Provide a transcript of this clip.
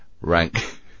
rank